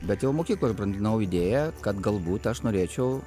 bet jau mokykloj aš brandinau idėją kad galbūt aš norėčiau